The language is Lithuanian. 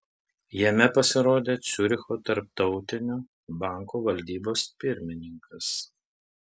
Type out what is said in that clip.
jame pasirodė ciuricho tarptautinio banko valdybos pirmininkas